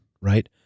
right